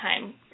time